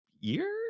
year